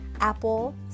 apple